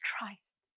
Christ